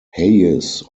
hayes